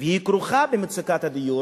והיא כרוכה במצוקת הדיור,